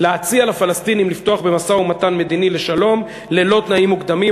להציע לפלסטינים לפתוח במשא-ומתן מדיני לשלום ללא תנאים מוקדמים.